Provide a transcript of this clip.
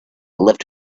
left